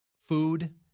Food